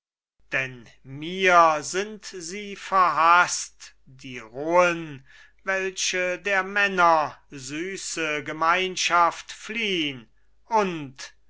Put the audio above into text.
denn mir sind sie verhaßt die rohen welche der männer süße gemeinschaft fliehn und